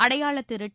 அடையாள திருட்டு